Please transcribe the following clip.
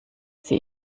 sie